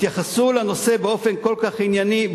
התייחסו לנושא באופן כל כך ענייני,